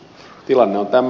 tilanne on tämä